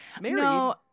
No